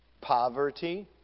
Poverty